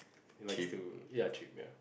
likes to ya trip ya